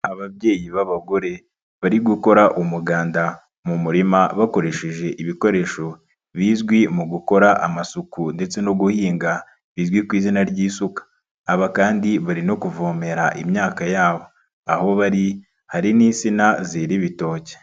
Ababyeyi b'abagore bari gukora umuganda mu murima bakoresheje ibikoresho bizwi mu gukora amasuku ndetse no guhinga bizwi ku izina ry'isuka, aba kandi bari no kuvomera imyaka yabo aho bari hari n'insina zera ibitoke.